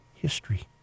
history